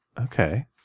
Okay